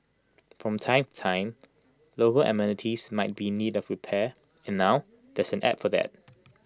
from time to time local amenities might be in need of repair and now there's an app for that